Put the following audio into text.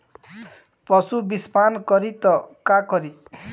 पशु विषपान करी त का करी?